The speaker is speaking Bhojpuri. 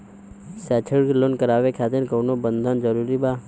शैक्षणिक लोन करावे खातिर कउनो बंधक जरूरी बा?